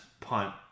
punt